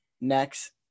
next